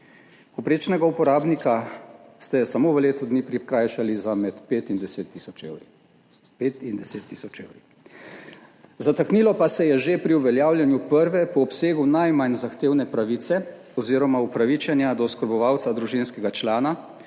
Povprečnega uporabnika ste samo v letu dni prikrajšali za med 5 in 10 tisoč evrov. Zataknilo pa se je že pri uveljavljanju prve, po obsegu najmanj zahtevne pravice oziroma upravičenja do oskrbovalca družinskega člana,